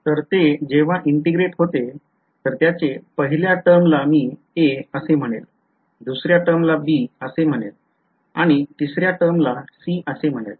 तर ते जेव्हा integrate होते तर त्याचे पहिल्या टर्मला मी a असे म्हणेल दुसऱ्या टर्मला b असे म्हणेल आणि तिसऱ्या टर्मला c असे म्हणेल